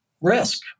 risk